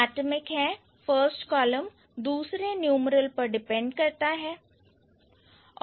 atomic हैं first column दूसरे numeral पर डिपेंड करता है